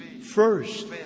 first